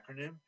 acronym